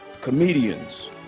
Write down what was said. comedians